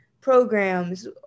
programs